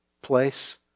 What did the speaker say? place